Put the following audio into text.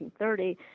1930